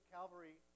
Calvary